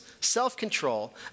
self-control